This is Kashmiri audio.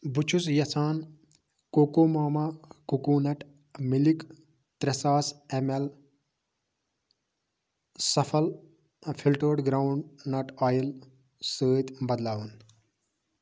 بہٕ چھُس یَژھان کوکو ماما کوکونَٹ مِلِک ترٛےٚ ساس ایم ایل سَفَل فِلٹٲرٛڈ گرٛاوُنٛڈ نَٹ آیِل سۭتۍ بدلاوُن